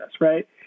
right